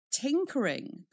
Tinkering